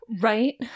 Right